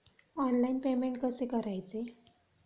Online payment कसे करायचे?